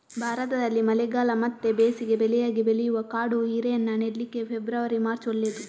ಭಾರತದಲ್ಲಿ ಮಳೆಗಾಲ ಮತ್ತೆ ಬೇಸಿಗೆ ಬೆಳೆಯಾಗಿ ಬೆಳೆಯುವ ಕಾಡು ಹೀರೆಯನ್ನ ನೆಡ್ಲಿಕ್ಕೆ ಫೆಬ್ರವರಿ, ಮಾರ್ಚ್ ಒಳ್ಳೇದು